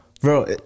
bro